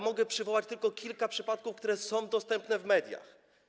Mogę przywołać tylko kilka przykładów, które są dostępne w mediach.